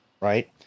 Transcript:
right